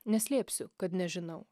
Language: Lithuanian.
neslėpsiu kad nežinau